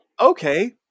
okay